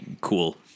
cool